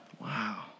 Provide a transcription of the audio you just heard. Wow